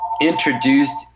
introduced